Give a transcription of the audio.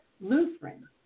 Lutheran